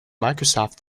microsoft